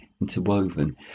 interwoven